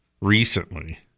recently